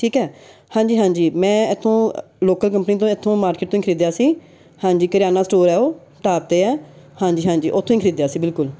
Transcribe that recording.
ਠੀਕ ਹੈ ਹਾਂਜੀ ਹਾਂਜੀ ਮੈਂ ਇੱਥੋਂ ਲੋਕਲ ਕੰਪਨੀ ਤੋਂ ਇੱਥੋਂ ਮਾਰਕੀਟ ਤੋਂ ਹੀ ਖਰੀਦਿਆ ਸੀ ਹਾਂਜੀ ਕਰਿਆਨਾ ਸਟੋਰ ਹੈ ਉਹ ਢਾਬ 'ਤੇ ਹੈ ਹਾਂਜੀ ਹਾਂਜੀ ਉੱਥੋਂ ਹੀ ਖਰੀਦਿਆ ਸੀ ਬਿਲਕੁਲ